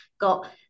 got